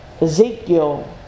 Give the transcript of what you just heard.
Ezekiel